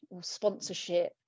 sponsorship